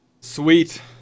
sweet